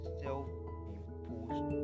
self-imposed